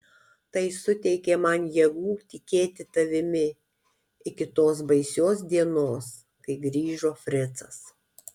tai suteikė man jėgų tikėti tavimi iki tos baisios dienos kai grįžo fricas